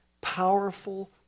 powerful